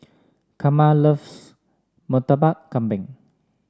Karma loves Murtabak Kambing